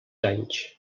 anys